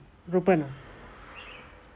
reuben